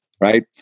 right